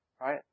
right